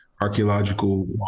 archaeological